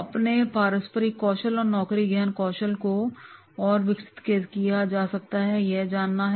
अपने पारस्परिक कौशल और नौकरी ज्ञान कौशल को और विकसित कैसे किया जा सकता है